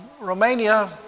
Romania